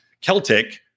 Celtic